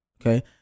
okay